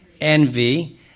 envy